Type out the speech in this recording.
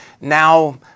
now